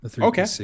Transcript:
Okay